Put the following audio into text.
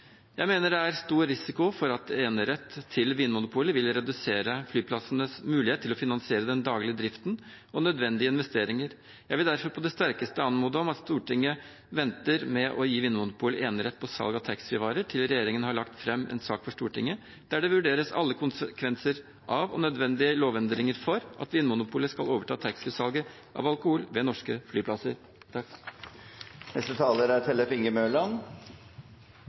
Jeg mener det er stor risiko for at enerett til Vinmonopolet vil redusere flyplassenes mulighet til å finansiere den daglige driften og nødvendige investeringer. Jeg vil derfor på det sterkeste anmode om at Stortinget venter med å gi Vinmonopolet enerett på salg av taxfree-varer til regjeringen har lagt fram en sak for Stortinget, der alle konsekvenser av og nødvendige lovendringer for at Vinmonopolet skal overta taxfree-salget av alkohol ved norske flyplasser,